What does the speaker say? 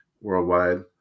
worldwide